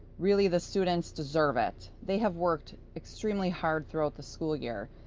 really, the students deserve it! they have worked extremely hard throughout the school year,